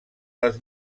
les